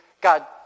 God